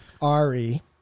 Ari